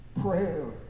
prayer